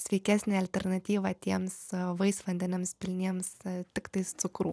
sveikesnė alternatyva tiems vaisvandeniams pilniems tiktais cukrų